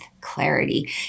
clarity